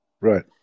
Right